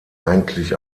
eigentlich